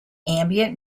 ambient